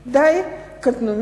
סיבות די קטנוניות.